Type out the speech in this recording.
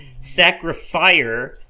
Sacrifier